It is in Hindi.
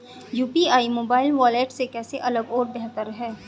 यू.पी.आई मोबाइल वॉलेट से कैसे अलग और बेहतर है?